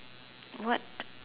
what